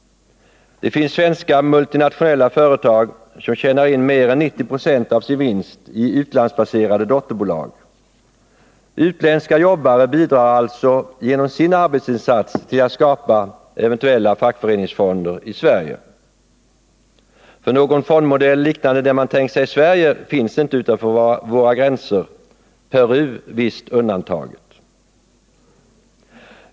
Det finns svenska multinationella företag som tjänar in mer än 90 20 av sin vinst i utlandsbaserade dotterbolag. Utländska jobbare bidrar alltså genom sin arbetsinsats till att skapa eventuella fackföreningsfonder i Sverige. För någon fondmodell liknande den man tänkt sig i Sverige finns inte utanför våra gränser — Peru visst undantaget.